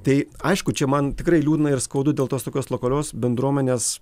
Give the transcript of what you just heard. tai aišku čia man tikrai liūdna ir skaudu dėl to tokios lokalios bendruomenės